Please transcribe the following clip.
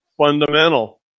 Fundamental